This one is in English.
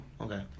okay